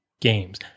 games